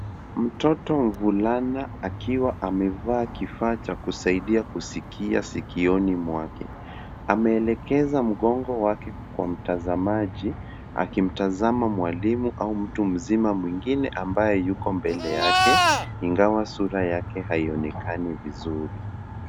Mtoto mvulana akiwa amevaa kivaa cha kusaidia kusikia sikioni mwake, ame elekeza mkongo wake kwa mtazamaji akimtazama mwalimu au mtu mzima mwingine ambaye Yuko mbele Yake, ingawa sura yake haionekani vizuri.